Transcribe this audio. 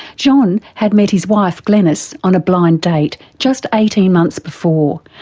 john had met his wife glenys on a blind date just eighteen months before,